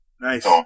Nice